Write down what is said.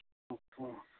अच्छा